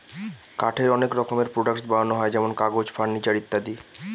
কাঠের অনেক রকমের প্রডাক্টস বানানো হয় যেমন কাগজ, ফার্নিচার ইত্যাদি